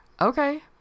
Okay